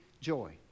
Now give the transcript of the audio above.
joy